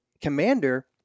commander